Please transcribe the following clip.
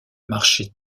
marché